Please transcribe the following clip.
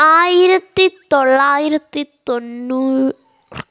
ആയിരത്തി തൊള്ളായിരത്തി തൊണ്ണൂറ്